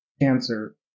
cancer